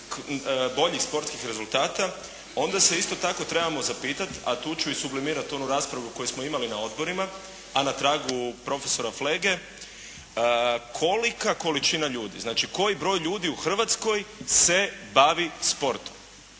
boljih sportskih rezultata onda se isto tako trebamo zapitati, a tu ću i sublimirati onu raspravu koju smo imali na odborima, a na tragu profesora Flege, kolika količina ljudi, znači koji broj ljudi u Hrvatskoj se bavi sportom?